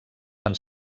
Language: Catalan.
van